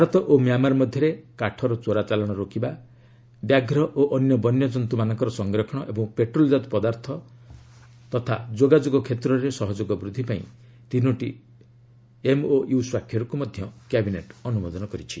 ଭାରତ ଓ ମ୍ୟାମାର ମଧ୍ୟରେ କାଠର ଚୋରାଚାଲାଣ ରୋକିବା ବ୍ୟାଘ୍ର ଓ ଅନ୍ୟ ବନ୍ୟକନ୍ତୁମାନଙ୍କର ସଂରକ୍ଷଣ ଏବଂ ପେଟ୍ରୋଲଜାତ ପଦାର୍ଥ ଯଥା ଯୋଗାଯୋଗ କ୍ଷେତ୍ରରେ ସହଯୋଗ ବୃଦ୍ଧି ପାଇଁ ତିନୋଟି ଏମ୍ଓୟୁ ସ୍ୱାକ୍ଷରକୁ କ୍ୟାବିନେଟ୍ ଅନୁମୋଦନ କରିଛି